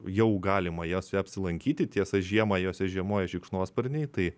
jau galima jose apsilankyti tiesa žiemą jose žiemoja šikšnosparniai tai